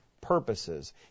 purposes